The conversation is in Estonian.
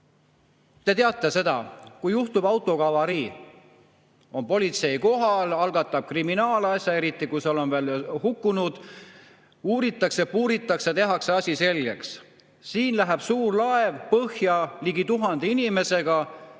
Te teate seda, et kui juhtub autoga avarii, on politsei kohal, algatab kriminaalasja, eriti kui seal on hukkunuid. Uuritakse ja puuritakse, tehakse asi selgeks. Aga siin läheb suur laev põhja ligi tuhande inimesega